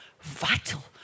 vital